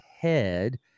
head